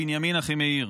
בנימין אחימאיר,